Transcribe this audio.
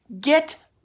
Get